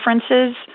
differences